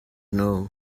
know